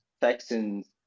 Texans